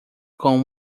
com